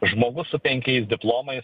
žmogus su penkiais diplomais